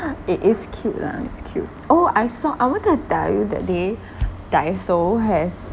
it is cute lah it's cute oh I saw I wanted to tell you that day Daiso has